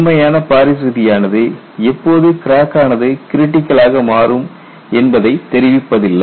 உண்மையான பாரிஸ் விதியானது எப்போது கிராக் ஆனது கிரிட்டிக்கல் ஆக மாறும் என்பதை தெரிவிப்பதில்லை